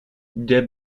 der